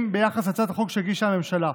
שינויים משמעותיים ביחס להצעת החוק שהגישה הממשלה.